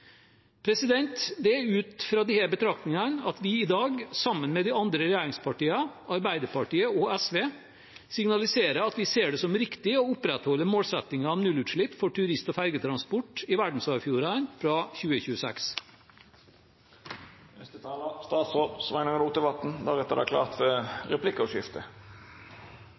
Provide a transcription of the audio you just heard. Det er ut fra disse betraktningene vi i dag, sammen med de andre regjeringspartiene og Arbeiderpartiet og SV, signaliserer at vi ser det som riktig å opprettholde målsettingen om nullutslipp for turist- og fergetransport i verdensarvfjordene fra